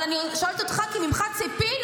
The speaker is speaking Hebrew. אבל אני שואלת אותך, כי ממך ציפינו.